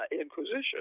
Inquisition